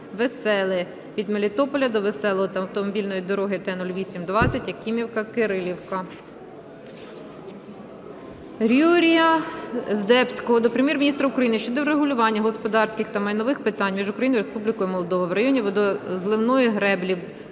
Веселе (від Мелітополя до Веселого) та автомобільної дороги Т-08-20 Якимівка - Кирилівка. Юрія Здебського до Прем'єр-міністра України щодо врегулювання господарських та майнових питань між Україною і Республікою Молдова в районі водозливної греблі